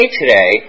today